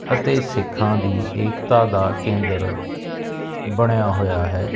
ਅਤੇ ਸਿੱਖਾਂ ਦੀ ਏਕਤਾ ਦਾ ਕੇਂਦਰ ਬਣਿਆ ਹੋਇਆ ਹੈ